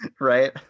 right